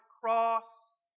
cross